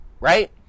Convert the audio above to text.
right